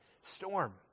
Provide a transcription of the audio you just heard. storm